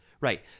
right